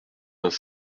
vingt